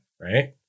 right